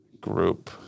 group